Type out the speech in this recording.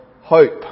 hope